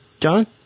John